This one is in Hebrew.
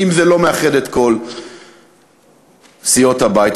אם זה לא מאחד את כל סיעות הבית.